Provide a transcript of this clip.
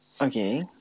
Okay